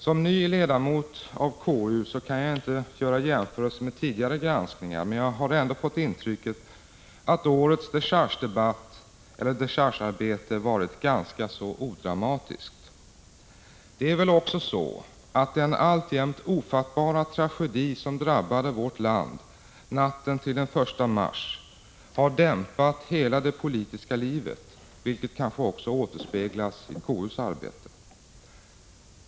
Som ny ledamot av KU kan jag inte göra jämförelser med tidigare granskningar, men jag har ändå fått intrycket att årets dechargearbete varit ganska odramatiskt. Det är väl också så att den alltjämt ofattbara tragedi som drabbade vårt land natten till den 1 mars har dämpat hela det politiska livet, vilket kanske också återspeglas i konstitutionsutskottets arbete.